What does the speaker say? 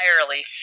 entirely